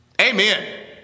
Amen